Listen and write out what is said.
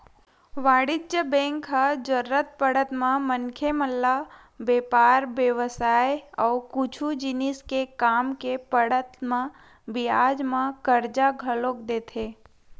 वाणिज्य बेंक ह जरुरत पड़त म मनखे मन ल बेपार बेवसाय अउ कुछु जिनिस के काम के पड़त म बियाज म करजा घलोक देथे